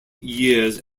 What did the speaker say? years